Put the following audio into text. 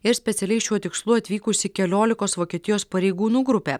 ir specialiai šiuo tikslu atvykusi keliolikos vokietijos pareigūnų grupė